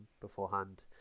beforehand